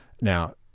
Now